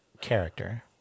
character